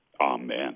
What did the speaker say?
Amen